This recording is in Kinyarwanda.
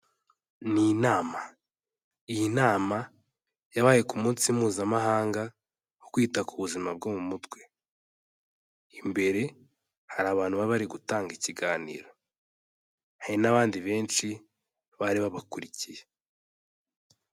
Ni inama. Iyi nama, yabaye ku munsi mpuzamahanga wo kwita ku buzima bwo mu mutwe. Imbere, hari abantu baba bari gutanga ikiganiro. Hari n'abandi benshi, bari babakurikiye.